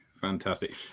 fantastic